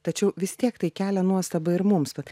tačiau vis tiek tai kelia nuostabą ir mums vat